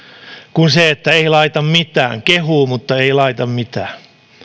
kuin olla laittamatta mitään kehuu mutta ei laita mitään